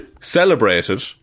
celebrated